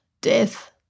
death